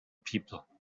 people